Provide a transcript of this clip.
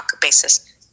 basis